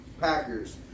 Packers